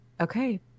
Okay